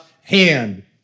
hand